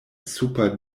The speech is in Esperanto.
super